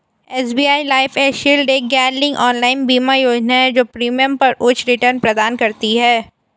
SBI life e shield एक गैरलिंक्ड online बीमा योजना है जो प्रीमियम पर उच्च रिटर्न प्रदान करती है